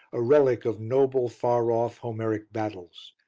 a relic of noble, far-off homeric battles.